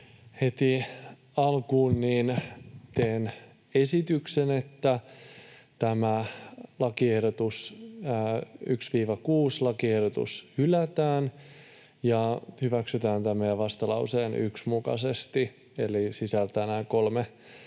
Heti alkuun teen esityksen, että tämä 1.—6. lakiehdotus hylätään ja hyväksytään tämän meidän vastalauseen 1 mukaisesti. Se sisältää nämä kolme